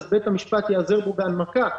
אס בית המשפט ייעזר בהן בהנמקה.